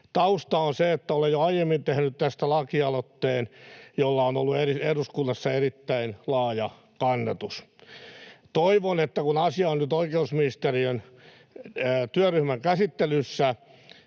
Tausta on se, että olen jo aiemmin tehnyt tästä lakialoitteen, jolla on ollut eduskunnassa erittäin laaja kannatus. Toivon, että kun asia on nyt oikeusministeriön työryhmän käsittelyssä,